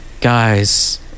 guys